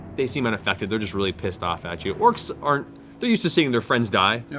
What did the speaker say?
they seem unaffected, they're just really pissed off at you. orcs aren't they're used to seeing their friends die, yeah